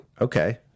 Okay